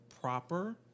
proper